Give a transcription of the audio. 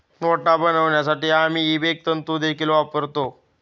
नोटा बनवण्यासाठी आम्ही इबेक तंतु देखील वापरतो